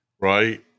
right